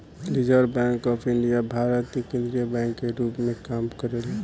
reserve bank of India Bharat के केंद्रीय bank के रूप में काम करेला